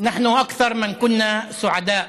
שמחנו עד מאוד